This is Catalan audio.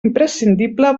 imprescindible